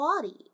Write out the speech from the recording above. body